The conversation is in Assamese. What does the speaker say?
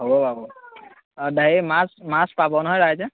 হ'ব বাৰু মাছ মাছ পাব নহয় ৰাইজে